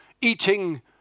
eating